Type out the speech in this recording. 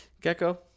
Gecko